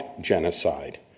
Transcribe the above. genocide